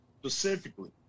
specifically